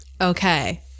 Okay